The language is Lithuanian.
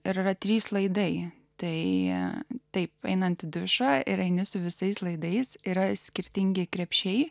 ir trys laidai tai taip einant į dušą ir eini su visais laidais yra skirtingi krepšiai